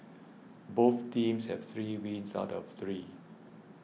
both teams have three wins out of three